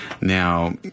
Now